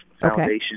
Foundation